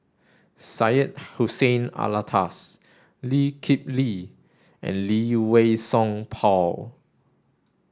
Syed Hussein Alatas Lee Kip Lee and Lee Wei Song Paul